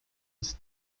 ist